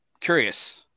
Curious